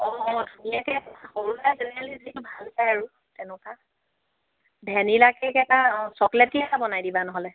অঁ অঁ ধুনীয়াকে সৰু ল'ৰাই জেনাৰেলি যি ভাল পায় আৰু তেনেকুৱা ভেনিলা কেক এটা অঁ চকলেট এটা বনাই দিবা নহ'লে